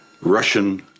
Russian